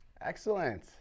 Excellent